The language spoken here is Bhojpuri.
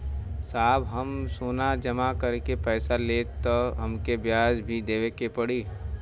साहब हम सोना जमा करके पैसा लेब त हमके ब्याज भी देवे के पड़ी?